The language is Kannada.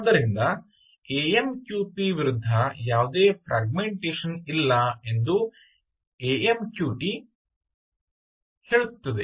ಆದ್ದರಿಂದ ಎಎಮ್ಕ್ಯುಪಿ ವಿರುದ್ಧ ಯಾವುದೇ ಫ್ರಾಗ್ಮೆಂಟೇಶನ್ ಇಲ್ಲ ಎಂದು ಎಮ್ಕ್ಯೂಟಿಟಿ ಹೇಳುತ್ತದೆ